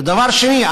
ודבר שני,